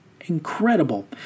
incredible